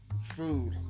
food